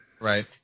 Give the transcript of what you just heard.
Right